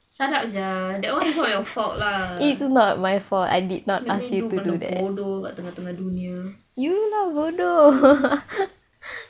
shut up sia that [one] is all your fault lah make me do benda bodoh kat tengah-tengah dunia